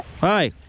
Hi